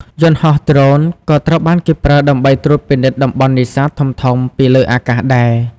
យន្តហោះដ្រូនក៏ត្រូវបានគេប្រើដើម្បីត្រួតពិនិត្យតំបន់នេសាទធំៗពីលើអាកាសដែរ។